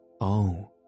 Oh